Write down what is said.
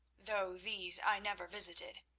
though these i never visited.